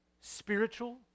spiritual